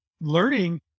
learning